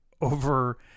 over